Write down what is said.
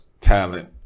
talent